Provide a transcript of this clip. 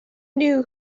knew